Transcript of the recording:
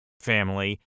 family